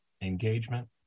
engagement